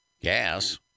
gas